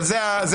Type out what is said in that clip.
אבל זה הכיוון,